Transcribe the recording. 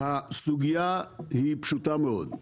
הסוגיה פשוטה מאוד.